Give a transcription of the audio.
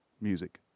music